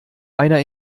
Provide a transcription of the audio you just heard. einer